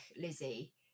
Lizzie